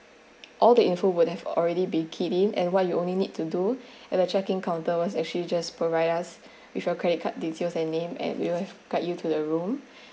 all the info would have already been keyed in and what you only need to do at the check in counter was actually just provide us with a credit card details and name and we will guide you to the room